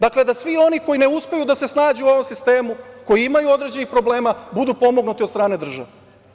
Dakle, da svi oni koji ne uspeju da se snađu u ovom sistemu, koji imaju određenih problema, budu pomognuti od strane države.